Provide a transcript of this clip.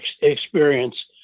experience